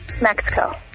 Mexico